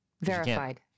Verified